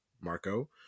Marco